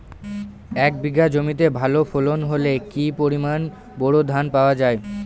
এক বিঘা জমিতে ভালো ফলন হলে কি পরিমাণ বোরো ধান পাওয়া যায়?